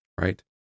right